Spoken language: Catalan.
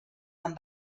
amb